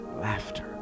laughter